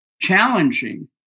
challenging